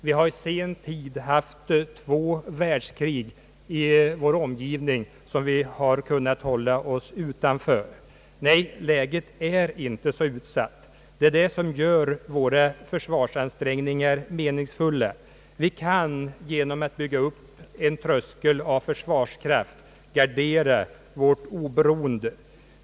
Vi har i sen tid haft två världskrig i vår omgivning som vi har kunnat hålla oss utanför. Nej, läget är inte så utsatt, och det är det som gör våra försvarsansträngningar meningsfulla. Vi kan genom att bygga upp en tröskel av försvarskraft gardera vårt oberoende.